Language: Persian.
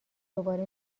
دوباره